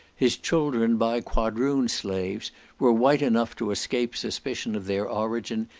his children by quadroon slaves were white enough to escape suspicion of their origin,